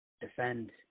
defend